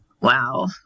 Wow